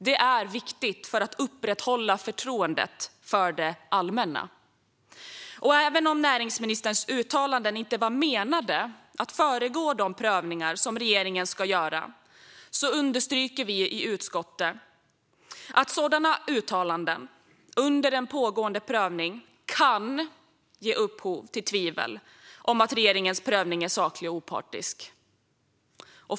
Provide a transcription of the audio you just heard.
Detta är viktigt för att upprätthålla förtroendet för det allmänna. Även om näringsministerns uttalanden inte var menade att föregripa de prövningar som regeringen ska göra understryker vi i utskottet att sådana uttalanden under en pågående prövning kan ge upphov till tvivel om att regeringens prövning är saklig och opartisk.